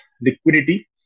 liquidity